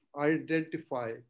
identify